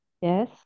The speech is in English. Yes